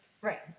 Right